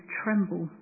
tremble